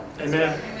Amen